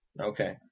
Okay